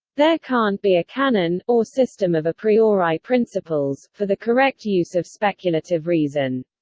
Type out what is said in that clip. there can't be a canon, or system of a priori principles, for the correct use of speculative reason.